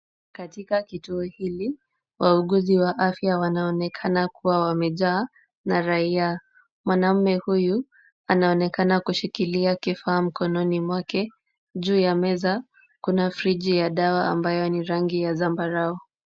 Katika kituo hili wauguzi wa afya wanaonekana kuwa wamejaa na raia. Mwanaume huyu anaonekana kushikilia kifaa mkononi mwake. Juu ya meza kuna friji ya dawa ambayo ni rangi ya zambarau.